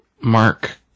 Mark